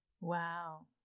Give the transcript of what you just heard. Wow